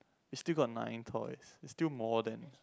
we still got nine points it's still more than